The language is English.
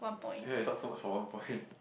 ya we talked so much for one point